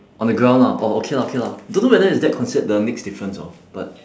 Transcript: on the ground ah orh okay lah okay lah don't know whether is that considered the next difference hor but